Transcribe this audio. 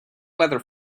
weather